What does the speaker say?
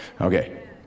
Okay